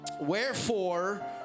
Wherefore